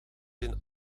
zijn